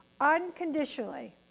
Unconditionally